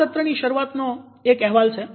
આ સત્રની શરૂઆતનો એક અહેવાલ છે